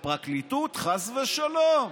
והפרקליטות, חס ושלום.